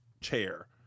chair